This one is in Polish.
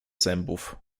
zębów